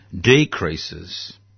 decreases